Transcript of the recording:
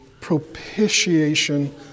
propitiation